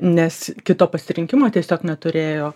nes kito pasirinkimo tiesiog neturėjo